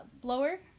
blower